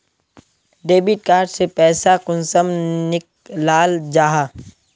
Debit card से पैसा कुंसम निकलाल जाहा?